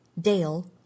Dale